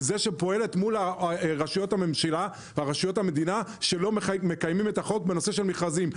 שפועלת מול רשויות המדינה שלא מקיימים את החוק בנושא המכרזים.